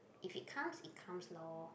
if it comes it comes lor